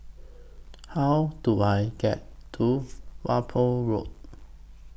How Do I get to Whampoa Road